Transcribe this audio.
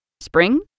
Spring